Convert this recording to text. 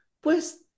pues